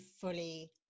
fully